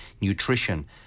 nutrition